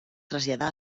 traslladà